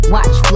Watch